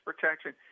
protection